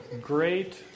great